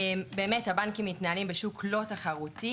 באמת, הבנקים מתנהלים בשוק לא תחרותי.